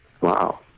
Wow